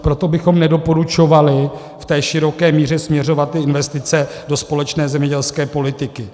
Proto bychom nedoporučovali v té široké míře směřovat ty investice do společné zemědělské politiky.